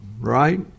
right